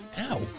Ow